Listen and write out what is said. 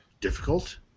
difficult